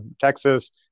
Texas